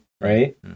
right